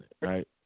right